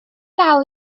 dal